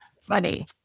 Funny